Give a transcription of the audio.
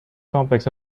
complex